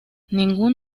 ningún